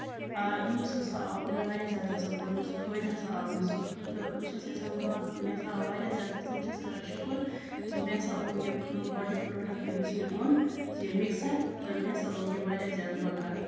use ہسا آو مےٚ واریاہ زیادٕ ہسا کوٚر مےٚ سُہ فٲیدٕ ہسا آو مےٚ سُہ تہٕ بہٕ چھَس یَژھان مےٚ سا آو واریاہ زیادٕ بہٕ چھَس کران شُکُر زِ مےٚ ہسا اوٚن یہِ گۄڈٕنیُک پروڈَکٹ یُس مےٚ اوٚن زِ یہِ مِکسر تہٕ مےٚ ہسا لوٚگ یہِ واریاہ زیادٕ بَکار